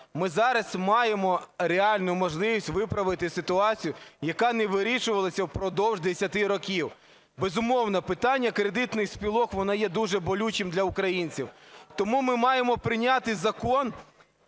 ми зараз маємо реальну можливість виправити ситуацію, яка не вирішувалася впродовж 10 років. Безумовно, питання кредитних спілок, воно є дуже болючим для українців. Тому ми маємо прийняти закон,